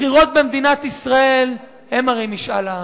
בחירות במדינת ישראל הן הרי משאל העם.